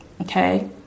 Okay